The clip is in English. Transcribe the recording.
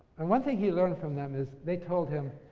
and one thing he learned from them is, they told him,